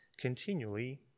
continually